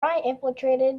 infiltrated